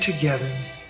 together